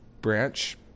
branch